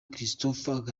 christopher